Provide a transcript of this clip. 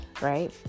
right